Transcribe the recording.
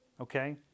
okay